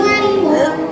anymore